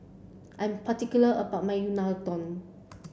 I'm particular about my Unadon